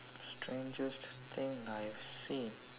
strangest thing I've seen